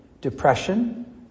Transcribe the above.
depression